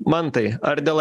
mantai ar dėl